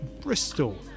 Bristol